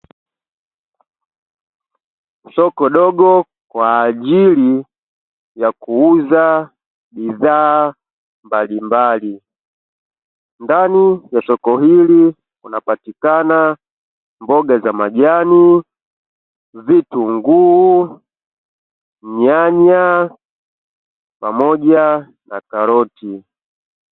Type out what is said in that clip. Soko dogo kwajili ya kuuza bidhaa mbalimbali, ndani ya soko hili kunapatikana mboga za majani, vitunguu, nyanya pamoja na karoti.